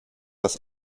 das